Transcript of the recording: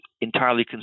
entirely